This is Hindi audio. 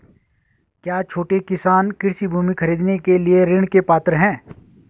क्या छोटे किसान कृषि भूमि खरीदने के लिए ऋण के पात्र हैं?